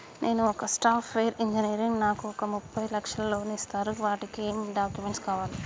నేను ఒక software engineer నాకు ఒక ముప్పై లక్షల లోన్ ఇస్తరా? వాటికి ఏం డాక్యుమెంట్స్ కావాలి?